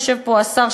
יושב פה השר,